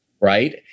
Right